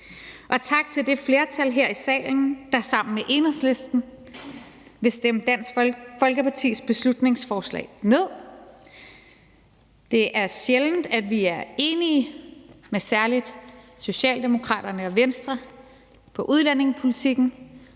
og tak til det flertal her i salen, der sammen med Enhedslisten vil stemme Dansk Folkepartis beslutningsforslag ned. Det er sjældent, at vi er enige med særlig Socialdemokraterne og Venstre om udlændingepolitikken,